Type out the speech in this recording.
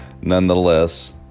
nonetheless